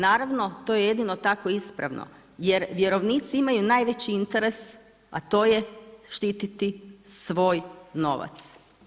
Naravno to je jedino tako ispravno jer vjerovnici imaju najveći interes, a to je štititi svoj novac.